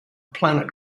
planet